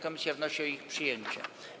Komisja wnosi o ich przyjęcie.